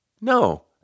no